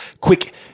quick